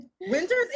Winter's